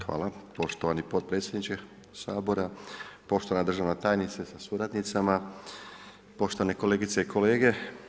Hvala poštovani potpredsjedniče Sabora, poštovana državna tajnice sa suradnicama, poštovane kolegice i kolege.